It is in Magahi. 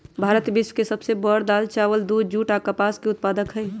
भारत विश्व के सब से बड़ दाल, चावल, दूध, जुट आ कपास के उत्पादक हई